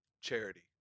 charity